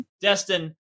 Destin